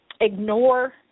ignore